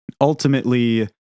ultimately